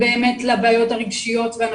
מספיק.